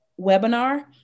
webinar